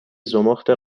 زمخت